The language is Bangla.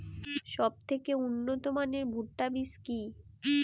সবথেকে উন্নত মানের ভুট্টা বীজ কি?